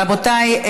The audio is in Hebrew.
רבותיי,